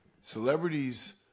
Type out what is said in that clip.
celebrities